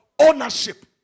Ownership